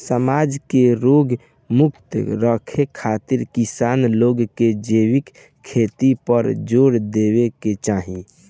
समाज के रोग मुक्त रखे खातिर किसान लोग के जैविक खेती पर जोर देवे के चाही